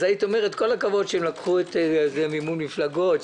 אז היית אומרת כל הכבוד שהם לקחו את מימון מפלגות.